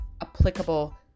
applicable